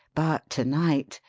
but to-night,